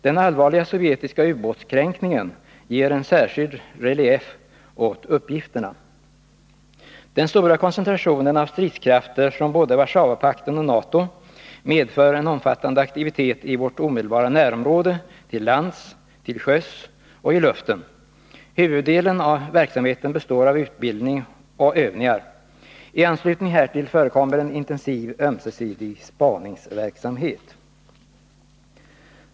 Den allvarliga sovjetiska ubåtskränkningen ger en särskild relief åt uppgifter Nr 26 När Fredagen den Den stora koncentrationen av stridskrafter från både Warszawapakten och 13 november 1981 NATO medför en omfattande aktivitet i vårt omedelbara närområde till lands, till sjöss och i luften. Huvuddelen av verksamheten består av Om utländska utbildning och övningar. I anslutning härtill förekommer en intensiv ömsesidig spaningsverksamhet.